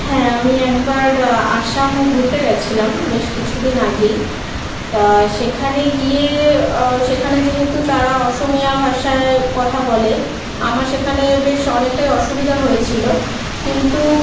হ্যাঁ আমি একবার আসাম ঘুরতে গেছিলাম বেশ কিছু দিন আগেই তা সেখানে গিয়ে সেখানে যেহেতু তারা অসমীয়া ভাষায় কথা বলে আমার সেখানে বেশ অনেকটাই অসুবিধা হয়েছিলো কিন্তু